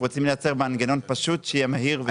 אנחנו רוצים לייצר מנגנון פשוט, שיהיה מהיר.